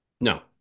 No